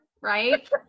right